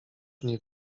nie